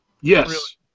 yes